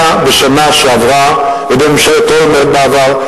היה בשנה שעברה ובממשלת אולמרט בעבר?